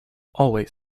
always